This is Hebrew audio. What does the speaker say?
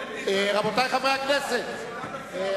רבותי חברי הכנסת.